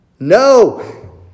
No